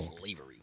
Slavery